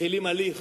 מתחילים הליך